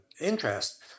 interest